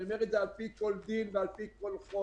אני אומר את זה על-פי כל דין וכל חוק.